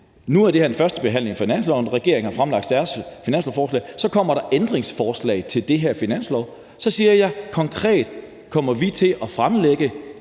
Nu er det her en førstebehandling af finansloven, og regeringen har fremlagt deres finanslovsforslag, og så kommer der ændringsforslag til den her finanslov, og så siger jeg, at vi konkret kommer til at fremlægge